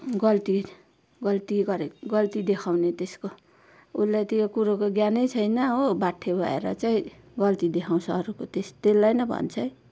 गल्ती गल्ती गरेक गल्ती देखाउने त्यसको उसलाई त्यो कुरोको ज्ञानै छैन हो बाट्ठे भएर चाहिँ गल्ती देखाउँछ अरूको तेस् त्यसलाई नै भन्छ है